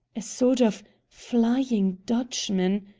a sort of flying dutchman.